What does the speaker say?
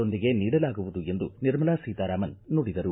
ದೊಂದಿಗೆ ನೀಡಲಾಗುವುದು ಎಂದು ನಿರ್ಮಲಾ ಸೀತಾರಾಮನ್ ನುಡಿದರು